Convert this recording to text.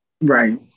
Right